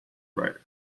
writer